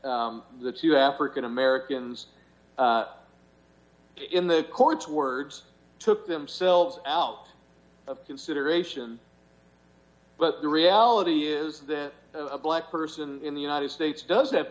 the two african americans in the court's words took themselves out of consideration but the reality is that a black person in the united states does have